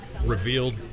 revealed